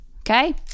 okay